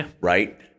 right